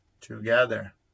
together